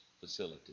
facility